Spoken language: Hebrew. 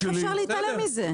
התחומים, איך אפשר להתעלם מזה?